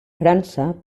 frança